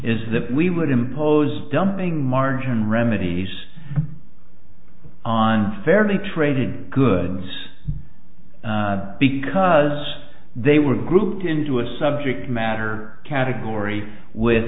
is that we would impose dumping margin remedies on fairly traded goods because they were grouped into a subject matter category with